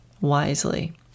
wisely